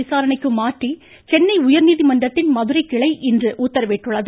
விசாரணைக்கு மாற்றி சென்னை உயா்நீதிமன்றத்தின் மதுரை கிளை இன்று உத்தரவிட்டுள்ளது